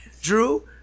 Drew